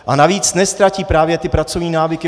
A navíc neztratí právě ty pracovní návyky.